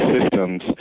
systems